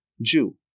Jew